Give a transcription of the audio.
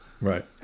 Right